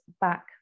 back